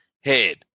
head